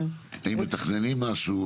האם מתכננים משהו?